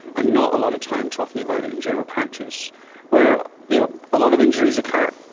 ah not a lot of time talking about it in general practice where, you know, a lot of injuries occur.